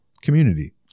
community